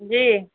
जी